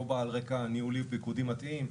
או בעל רקע ניהולי פיקודי מתאים.